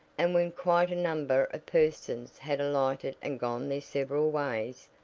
and when quite a number of persons had alighted and gone their several ways,